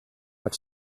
but